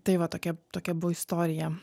tai va tokia tokia buvo istorija